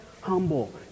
humble